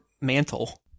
mantle